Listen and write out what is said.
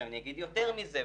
אני אגיד יותר מזה,